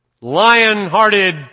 lion-hearted